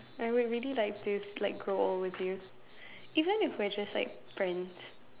I would really like to like grow old with you even if we are just like friends